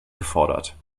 gefordert